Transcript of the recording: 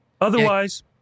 Otherwise